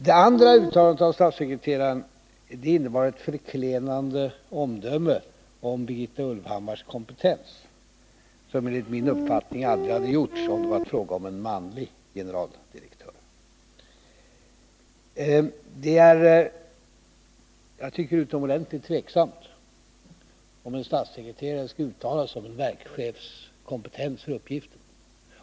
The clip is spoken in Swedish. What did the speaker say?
Det andra uttalandet av statssekreteraren innebar ett förklenande omdöme om Birgitta Ulvhammars kompetens, som enligt min uppfattning aldrig hade gjorts om det hade varit fråga om en manlig generaldirektör. Det är utomordentligt tveksamt om en statssekreterare skall uttala sig om en verkschefs kompetens och uppgifter.